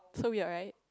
so weird right